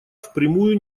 впрямую